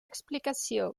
explicació